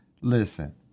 listen